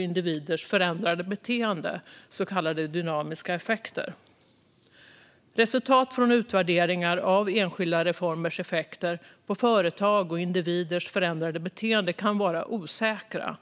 individers förändrade beteende, så kallade dynamiska effekter. Resultat från utvärderingar av enskilda reformers effekter på företag och individers förändrade beteende kan vara osäkra.